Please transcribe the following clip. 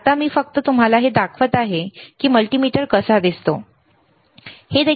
आता मी फक्त तुम्हाला हे दाखवत आहे की मल्टीमीटर कसा दिसतो ठीक आहे